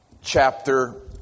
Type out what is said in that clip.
chapter